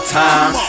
time